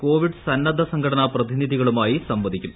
Covid സന്നദ്ധ സംഘടനാ് പ്രതിനിധികളുമായി സംവദിക്കും